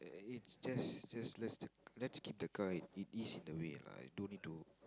it's just just lets just keep the car it is in the way lah don't need to